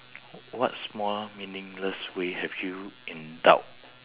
what small meaningless way have you rebelled